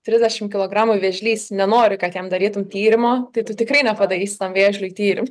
trisdešim kilogramų vėžlys nenori kad jam darytum tyrimo tai tu tikrai nepadarysi tam vėžliui tyrim